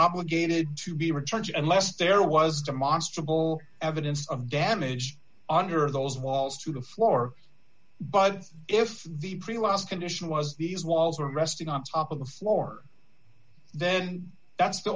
obligated to be returned and less there was demonstrably no evidence of damage under those walls to the floor but if the pre last condition was these walls are resting on top of the floor then that's the